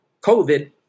COVID